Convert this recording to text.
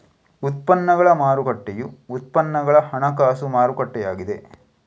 ಉತ್ಪನ್ನಗಳ ಮಾರುಕಟ್ಟೆಯು ಉತ್ಪನ್ನಗಳ ಹಣಕಾಸು ಮಾರುಕಟ್ಟೆಯಾಗಿದೆ